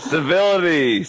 Civility